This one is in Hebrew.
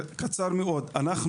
אנחנו,